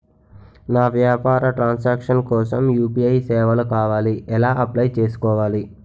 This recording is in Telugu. నా వ్యాపార ట్రన్ సాంక్షన్ కోసం యు.పి.ఐ సేవలు కావాలి ఎలా అప్లయ్ చేసుకోవాలి?